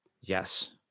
Yes